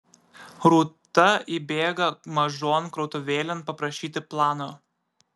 rūta įbėga mažon krautuvėlėn paprašyti plano